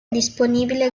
disponibile